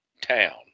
town